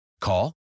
Call